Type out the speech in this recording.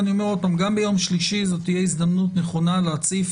ואני אומר עוד פעם: גם ביום שלישי זו תהיה הזדמנות נכונה להציף